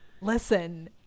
Listen